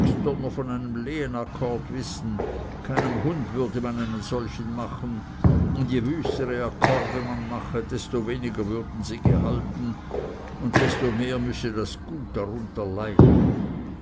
von einem lehenakkord wissen keinem hund würde man einen solchen machen und je wüstere akkorde man mache desto weniger würden sie gehalten und desto mehr müsse das gut darunter leiden